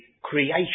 creation